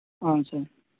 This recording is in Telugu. అవును సార్